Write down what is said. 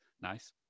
Nice